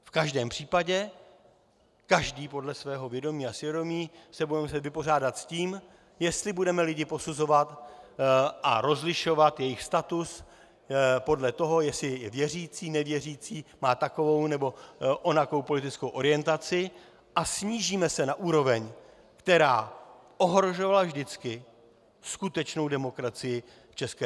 V každém případě každý podle svého vědomí a svědomí se budeme muset vypořádat s tím, jestli budeme lidi posuzovat a rozlišovat jejich status podle toho, jestli je věřící, nevěřící, má takovou nebo onakou politickou orientaci, a snížíme se na úroveň, která ohrožovala vždycky skutečnou demokracii v ČR.